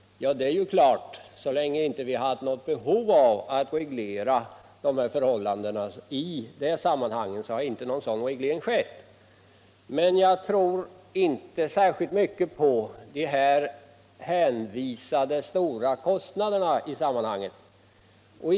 Ja, vi har ju inte tidigare haft något behov av att reglera dessa förhållanden. Jag tror inte heller särskilt mycket på de stora kostnader som man hänvisar till.